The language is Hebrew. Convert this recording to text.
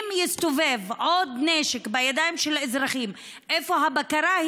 אם יסתובב עוד נשק בידיים של האזרחים, איפה הבקרה?